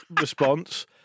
response